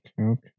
okay